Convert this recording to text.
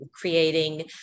creating